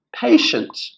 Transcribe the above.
patient